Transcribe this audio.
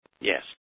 Yes